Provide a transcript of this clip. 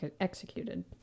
executed